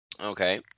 Okay